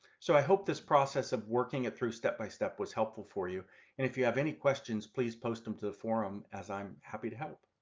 so i hope this process of working it through step by step was helpful for you and if you have any questions please post them to the forum as i'm happy to help.